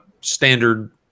standard